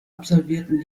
absolvierten